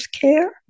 care